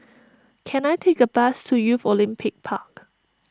can I take a bus to Youth Olympic Park